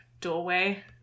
doorway